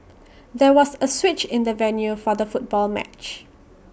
there was A switch in the venue for the football match